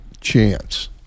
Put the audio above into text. chance